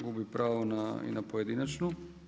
Gubi pravo na pojedinačnu.